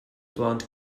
blonde